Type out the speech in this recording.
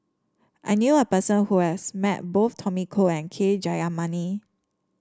I knew a person who has met both Tommy Koh and K Jayamani